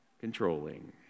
controlling